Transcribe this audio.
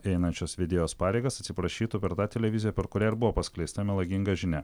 einančios vedėjos pareigas atsiprašytų per tą televiziją per kurią ir buvo paskleista melaginga žinia